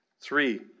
Three